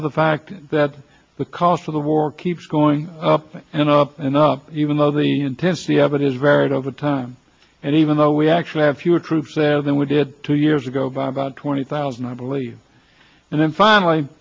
for the fact that the cost of the war keeps going up and up and up even though the intensity avenue is varied over time and even though we actually have fewer troops there than we did two years ago by about twenty thousand i believe and then finally